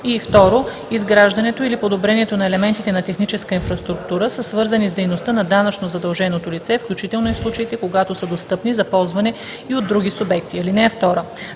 и 2. изграждането или подобрението на елементите на техническа инфраструктура са свързани с дейността на данъчно задълженото лице, включително и в случаите когато са достъпни за ползване и от други субекти. (2)